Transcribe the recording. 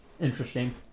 Interesting